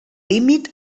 límit